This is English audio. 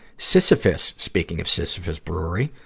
sisyphus speaking of sisyphus brewery,